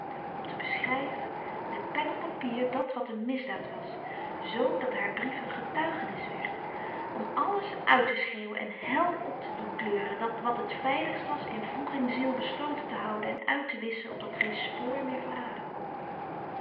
om te beschrijven met pen op papier dat wat een misdaad was z dat haar brief een getuigenis werd om alles uit te schreeuwen en hèl op te doen kleuren dat wat het veiligst was in wroegingziel besloten te houden en uit te wisschen opdat geen spoor meer verraden kon